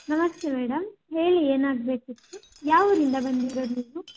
ನಮಸ್ತೆ ಮೇಡಮ್ ಹೇಳಿ ಏನಾಗಬೇಕಿತ್ತು ಯಾವೂರಿಂದ ಬಂದಿರೋದು ನೀವು